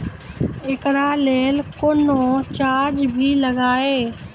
एकरा लेल कुनो चार्ज भी लागैये?